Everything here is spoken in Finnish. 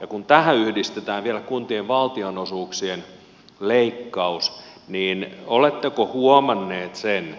ja kun tähän yhdistetään vielä kuntien valtionosuuksien leikkaus niin oletteko huomanneet sen